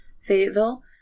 Fayetteville